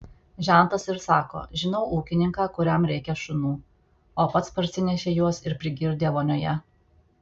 žentas ir sako žinau ūkininką kuriam reikia šunų o pats parsinešė juos ir prigirdė vonioje